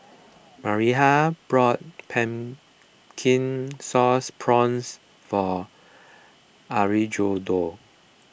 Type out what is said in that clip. Miriah brought Pumpkin Sauce Prawns for Alejandro